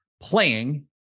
playing